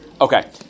okay